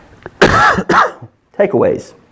Takeaways